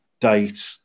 date